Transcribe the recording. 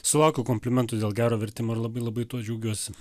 sulaukiau komplimentų dėl gero vertimo ir labai labai tuo džiaugiuosi